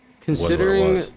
Considering